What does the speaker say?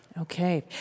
Okay